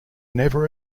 never